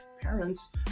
parents